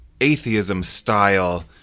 atheism-style